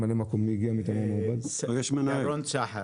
ירון סחר.